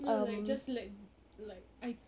no like just like like I